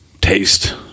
taste